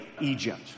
Egypt